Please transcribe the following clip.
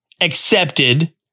accepted